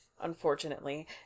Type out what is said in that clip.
unfortunately